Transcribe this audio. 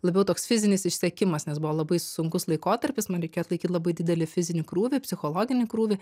labiau toks fizinis išsekimas nes buvo labai sunkus laikotarpis man reikėjo atlaikyt labai didelį fizinį krūvį psichologinį krūvį